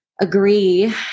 agree